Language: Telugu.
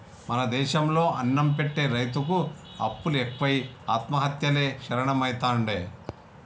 మన దేశం లో అన్నం పెట్టె రైతుకు అప్పులు ఎక్కువై ఆత్మహత్యలే శరణ్యమైతాండే